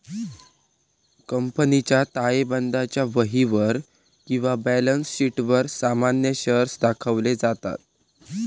कंपनीच्या ताळेबंदाच्या वहीवर किंवा बॅलन्स शीटवर सामान्य शेअर्स दाखवले जातत